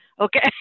Okay